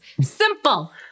Simple